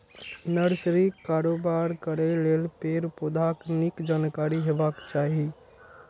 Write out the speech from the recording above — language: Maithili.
नर्सरीक कारोबार करै लेल पेड़, पौधाक नीक जानकारी हेबाक चाही